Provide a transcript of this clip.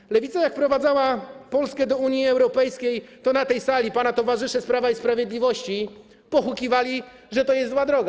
Gdy lewica wprowadzała Polskę do Unii Europejskiej, to na tej sali pana towarzysze z Prawa i Sprawiedliwości pohukiwali, że to jest zła droga.